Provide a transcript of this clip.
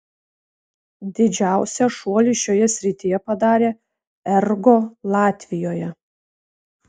didžiausią šuolį šioje srityje padarė ergo latvijoje